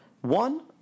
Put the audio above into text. one